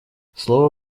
слово